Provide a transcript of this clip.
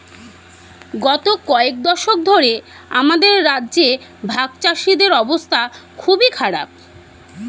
গত কয়েক দশক ধরে আমাদের রাজ্যে ভাগচাষীদের অবস্থা খুবই খারাপ